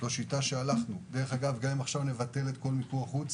גם אם עכשיו נבטל את כל מיקור החוץ,